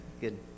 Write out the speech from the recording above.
Good